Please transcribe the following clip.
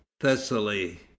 Thessaly